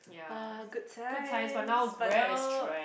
ah good times but now